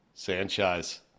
Sanchez